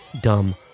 dumb